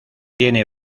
tiene